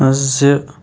زٕ